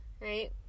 Right